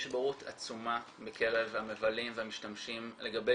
יש בורות עצומה בקרב המבלים והמשתמשים לגבי